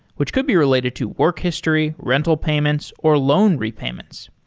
which could be related to work history, rental payments or loan repayments.